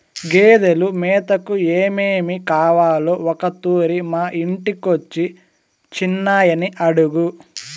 గేదెలు మేతకు ఏమేమి కావాలో ఒకతూరి మా ఇంటికొచ్చి చిన్నయని అడుగు